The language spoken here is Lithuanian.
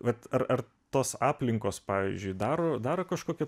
vat ar ar tos aplinkos pavyzdžiui daro daro kažkokį